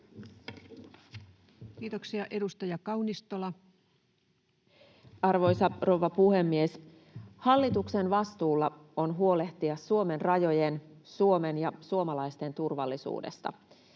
Kiitoksia. — Edustaja Kaunistola. Arvoisa rouva puhemies! Hallituksen vastuulla on huolehtia Suomen rajojen, Suomen ja suomalaisten turvallisuudesta.